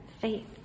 faith